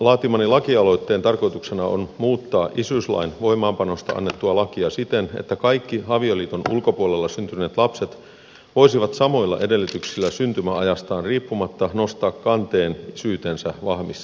laatimani lakialoitteen tarkoituksena on muuttaa isyyslain voimaanpanosta annettua lakia siten että kaikki avioliiton ulkopuolella syntyneet lapset voisivat samoilla edellytyksillä syntymäajastaan riippumatta nostaa kanteen isyytensä vahvistamiseksi